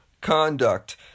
conduct